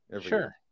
Sure